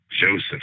Joseph